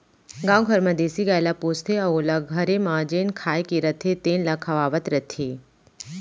गाँव घर म देसी गाय ल पोसथें अउ ओला घरे म जेन खाए के रथे तेन ल खवावत रथें